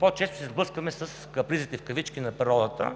по-често се сблъскваме с капризите в кавички на природата.